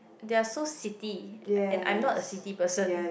they are so city and I'm not a city person